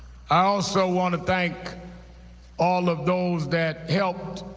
i also want to thank all of those that helped